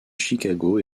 chicago